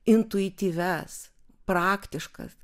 intuityvias praktiškas